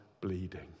bleeding